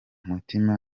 mutima